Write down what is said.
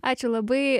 ačiū labai